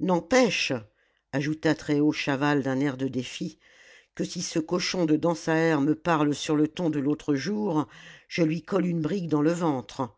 n'empêche ajouta très haut chaval d'un air de défi que si ce cochon de dansaert me parle sur le ton de l'autre jour je lui colle une brique dans le ventre